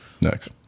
Next